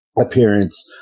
appearance